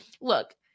look